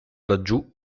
laggiù